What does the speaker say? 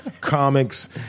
comics